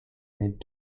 mid